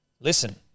listen